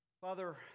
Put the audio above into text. father